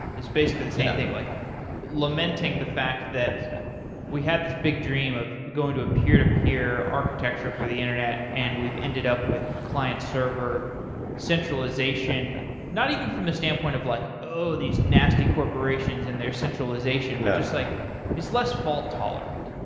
basically same yeah thing. like lamenting the fact that we have this big dream of going to a peer-to-peer architecture for the internet and we've ended up with client-server centralization not even from the standpoint of like, oh! these nasty corporations and their centralization, but just like is less fault-tolerant.